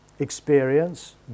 experience